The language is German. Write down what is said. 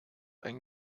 einen